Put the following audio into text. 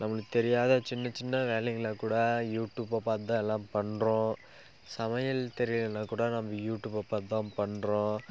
நம்மளுக்கு தெரியாத சின்ன சின்ன வேலைகளை கூட யூடியூப்பை பார்த்து தான் எல்லா பண்றோம் சமையல் தெரியலைன்னா கூட நம்ம யூடியூப்பை பார்த்து தான் பண்றோம்